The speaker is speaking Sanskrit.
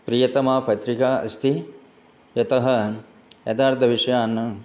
प्रियतमा पत्रिका अस्ति यतः यथार्थविषयान्